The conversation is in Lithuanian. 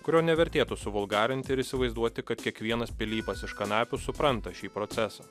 kurio nevertėtų suvulgarinti ir įsivaizduoti kad kiekvienas pilypas iš kanapių supranta šį procesą